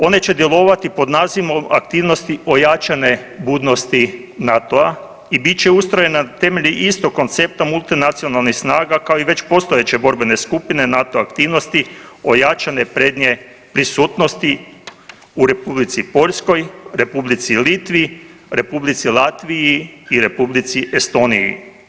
One će djelovati pod nazivom aktivnosti ojačane budnosti NATO-a i bit će ustrojena na temelju istog koncepta multinacionalnih snaga kao i već postojeće borbene skupine NATO aktivnosti ojačane prednje prisutnosti u Republici Poljskoj, Republici Litvi, Republici Latviji i Republici Estoniji.